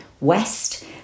west